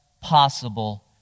possible